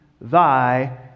thy